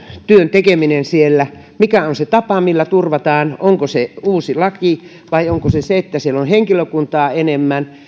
tekeminen mikä on se tapa millä turvataan onko se uusi laki vai onko se se että siellä on henkilökuntaa enemmän